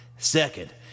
Second